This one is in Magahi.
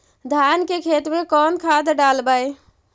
धान के खेत में कौन खाद डालबै?